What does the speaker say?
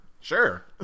Sure